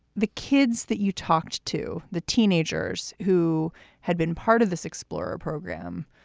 the kids that you talked to, the teenagers who had been part of this explorer program.